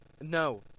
No